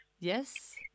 Yes